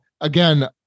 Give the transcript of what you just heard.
again